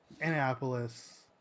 Annapolis